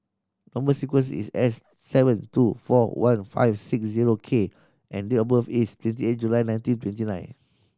number sequence is S seven two four one five six zero K and date of birth is twenty eight July nineteen twenty nine